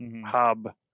hub